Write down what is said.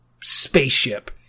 spaceship